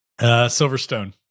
Silverstone